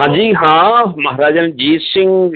ਹਾਂਜੀ ਹਾਂ ਮਹਾਰਾਜਾ ਰਣਜੀਤ ਸਿੰਘ